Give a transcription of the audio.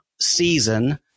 season